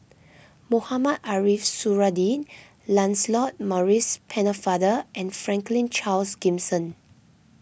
Mohamed Ariff Suradi Lancelot Maurice Pennefather and Franklin Charles Gimson